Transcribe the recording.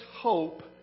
hope